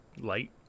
light